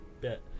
bit